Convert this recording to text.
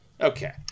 Okay